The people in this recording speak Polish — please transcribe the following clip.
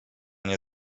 nie